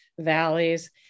valleys